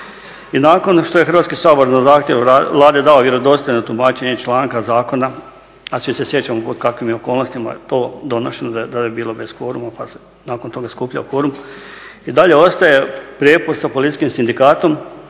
I nakon što je Hrvatski sabor na zahtjev Vlade dao vjerodostojno tumačenje i članka zakona, a svi se sjećamo pod kakvim je okolnostima donošeno da je bilo bez kvoruma, pa se nakon toga skupljao kvorum. I dalje ostaje prijepor sa policijskim sindikatom